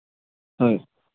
হয়